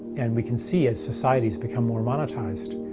and we can see as society has become more monetized,